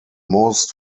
most